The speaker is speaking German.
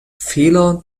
fehler